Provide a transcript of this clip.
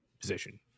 position